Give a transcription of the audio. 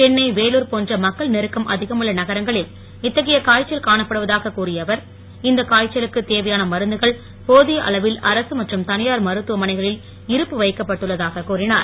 சென்னை வேலூர் போன்ற மக்கள் நெருக்கம் அதிகமுன்ள நகரங்களில் இத்தகைய காய்ச்சல் காணப்படுவதாக கூறிய அவர் இந்த காய்ச்சலுக்கு தேவையான மருந்துகள் போதிய அளவில் அரசு மற்றும் தனியார் மருத்துவமனைகளில் இருப்பு வைக்கப்பட்டுள்ளதாக கூறினார்